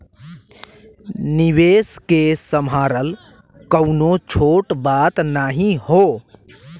निवेस के सम्हारल कउनो छोट बात नाही हौ